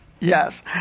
Yes